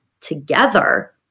together